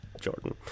jordan